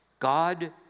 God